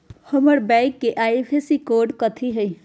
हमर बैंक के IFSC code कथि हई?